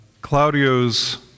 Claudio's